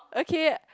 okay